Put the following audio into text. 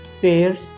pairs